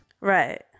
Right